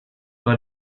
war